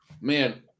man